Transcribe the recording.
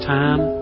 time